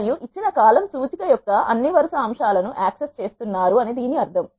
మీరు ఇచ్చిన కాలమ్ సూచిక యొక్క అన్ని వరుస అంశాలను యాక్సెస్ చేస్తున్నారు అని దీని అర్థం